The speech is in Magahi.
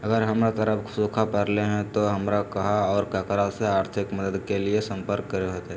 अगर हमर तरफ सुखा परले है तो, हमरा कहा और ककरा से आर्थिक मदद के लिए सम्पर्क करे होतय?